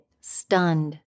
stunned